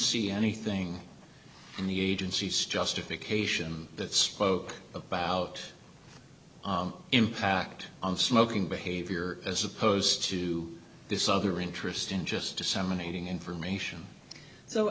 see anything in the agency's justification that spoke about impact on smoking behavior as opposed to this other interest in just disseminating information so